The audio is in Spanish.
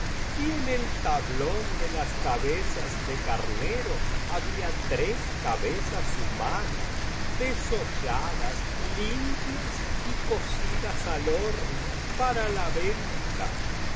y en el tablón de las biblioteca valenciana generalitat valenciana historia del jorobado cabezas de carnero había tres cabezas humanas desolladas limpias y cocidas al horno para la venta